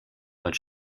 but